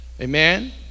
Amen